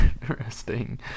interesting